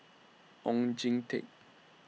Oon Jin Teik